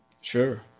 Sure